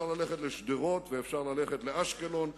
איננו יכולים לקבל כמובן מאליו,